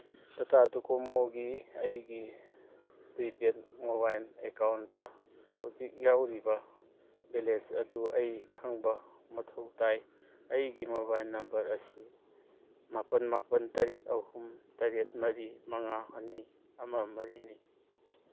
ꯇꯇꯥ ꯗꯣꯀꯣꯃꯣꯒꯤ ꯑꯩꯒꯤ private mobile ꯑꯦꯀꯥꯎꯟꯗ ꯍꯧꯖꯤꯛ ꯌꯥꯎꯔꯤꯕ ꯕꯦꯂꯦꯟꯁ ꯑꯗꯨ ꯑꯩ ꯈꯪꯕ ꯃꯊꯧ ꯇꯥꯏ ꯑꯩꯒꯤ ꯃꯣꯕꯥꯏꯟ ꯅꯝꯕꯔ ꯑꯁꯤ ꯃꯥꯄꯜ ꯃꯥꯄꯜ ꯇꯔꯦꯠ ꯑꯍꯨꯝ ꯇꯔꯦꯠ ꯃꯔꯤ ꯃꯉꯥ ꯑꯅꯤ ꯑꯃ ꯃꯔꯤꯅꯤ